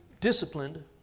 disciplined